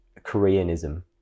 Koreanism